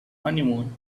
honeymoon